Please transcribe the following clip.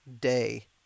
day